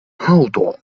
haŭto